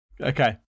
Okay